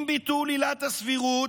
עם ביטול עילת הסבירות,